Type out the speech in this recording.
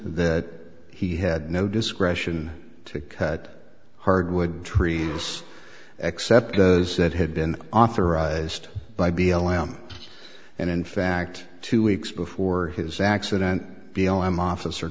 that he had no discretion to cut hardwood trees except those that had been authorized by b l m and in fact two weeks before his accident b o i my office